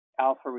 alpha